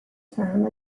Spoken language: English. term